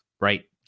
right